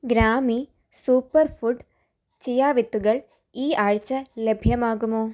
Grammy super food chia വിത്തുകൾ ഈ ആഴ്ച ലഭ്യമാകുമോ